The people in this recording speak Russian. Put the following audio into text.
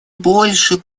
больше